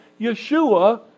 Yeshua